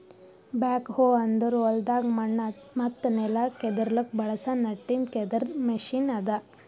back ಹೋ ಅಂದುರ್ ಹೊಲ್ದಾಗ್ ಮಣ್ಣ ಮತ್ತ ನೆಲ ಕೆದುರ್ಲುಕ್ ಬಳಸ ನಟ್ಟಿಂದ್ ಕೆದರ್ ಮೆಷಿನ್ ಅದಾ